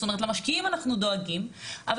זאת אומרת למשקיעים אנחנו דואגים אבל